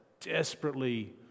desperately